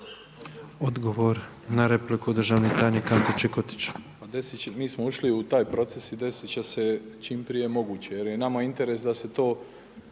Odgovor na repliku državni tajnik Ante Čikotić. **Čikotić, Ante** Mi smo ušli u taj proces i desit će se čim prije moguće jer je nama interes da se desi